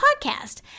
podcast